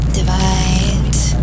Divide